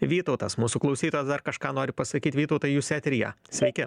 vytautas mūsų klausytojas dar kažką nori pasakyt vytautai jūs eteryje sveiki